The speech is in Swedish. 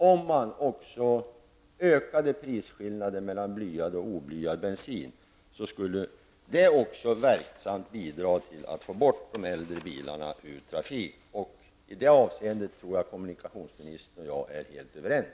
Om man dessutom ökade prisskillnaden mellan blyad och oblyad bensin, skulle det också verksamt bidra till att få bort de äldre bilarna ur trafiken. I det avseendet tror jag att kommunikationsministern och jag är helt överens.